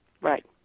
Right